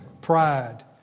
pride